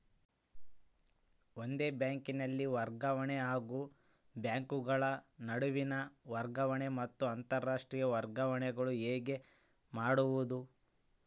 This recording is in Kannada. ಒಂದೇ ಬ್ಯಾಂಕಿನಲ್ಲಿ ವರ್ಗಾವಣೆ ಹಾಗೂ ಬ್ಯಾಂಕುಗಳ ನಡುವಿನ ವರ್ಗಾವಣೆ ಮತ್ತು ಅಂತರಾಷ್ಟೇಯ ವರ್ಗಾವಣೆಗಳು ಹೇಗೆ ಮಾಡುವುದು?